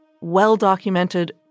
well-documented